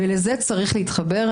ולזה צריך להתחבר.